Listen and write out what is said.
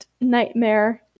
Nightmare